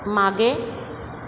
मागे